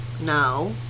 No